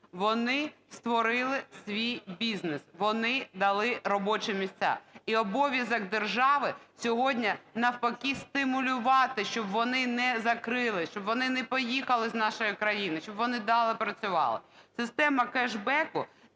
Вони створили свій бізнес, вони дали робочі місця. І обов’язок держави сьогодні – навпаки стимулювати, щоб вони не закрились, щоб вони не поїхали з нашої країни, щоб вони далі працювали. Система кешбеку